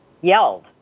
yelled